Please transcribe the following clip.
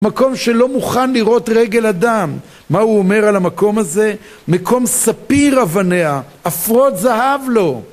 מקום שלא מוכן לראות רגל אדם מה הוא אומר על המקום הזה? מקום ספיר אבניה עפרות זהב לו